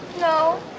No